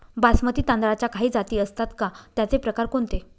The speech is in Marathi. बासमती तांदळाच्या काही जाती असतात का, त्याचे प्रकार कोणते?